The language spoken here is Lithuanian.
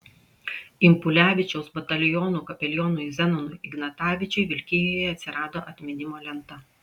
impulevičiaus batalionų kapelionui zenonui ignatavičiui vilkijoje atsirado atminimo lenta